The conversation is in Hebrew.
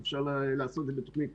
אפשר לעשות תוכנית